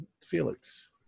Felix